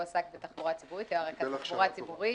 הוא עסק בתחבורה ציבורית, היה רכז תחבורה ציבורית.